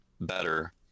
better